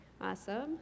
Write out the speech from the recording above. Awesome